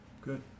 good